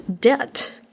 debt